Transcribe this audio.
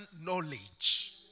knowledge